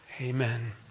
Amen